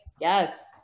Yes